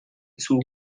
zug